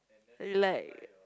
like